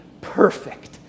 perfect